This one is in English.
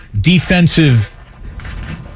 defensive